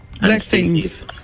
Blessings